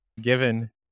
given